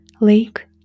Lake